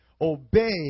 obey